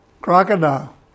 Crocodile